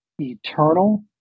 eternal